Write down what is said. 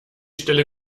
stelle